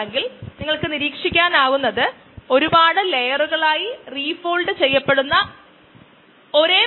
xzero യിൽ നിന്നും x ഇൽ എത്താൻ നമുക്ക് താല്പര്യമുണ്ടെകിൽ